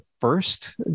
first